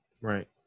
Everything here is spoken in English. Right